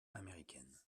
américaine